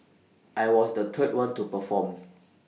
I was the third one to perform